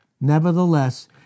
Nevertheless